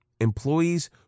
employees